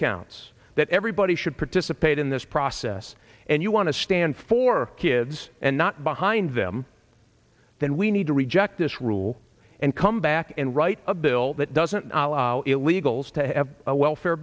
counts that everybody should participate in this process and you want to stand for ads and not behind them then we need to reject this rule and come back and write a bill that doesn't allow illegals to have a welfare